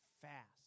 fast